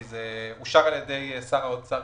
כי זה אושר אתמול על ידי שר האוצר